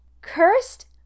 cursed